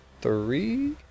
three